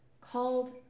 called